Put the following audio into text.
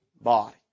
body